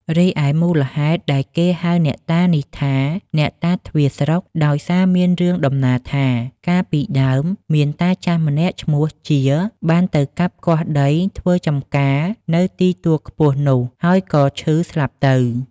រីឯមូលហេតុដែលគេហៅអ្នកតានេះថា "អ្នកតាទ្វារស្រុក" ដោយសារមានរឿងតំណាលថា កាលពីដើម មានតាចាស់ម្នាក់ឈ្មោះ ជា បានទៅកាប់គាស់ដីធ្វើចម្ការនៅទីទួលខ្ពស់នោះ ហើយក៏ឈឺស្លាប់ទៅ ។